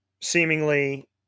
seemingly